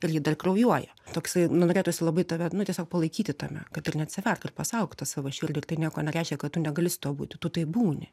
ir ji dar kraujuoja toksai nu norėtųsi labai tave nu tiesiog palaikyti tame kad ir neatsivert ir pasaugok tą savo širdį tai nieko nereiškia kad tu negali su tuo būti tu tai būni